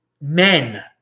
men